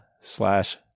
slash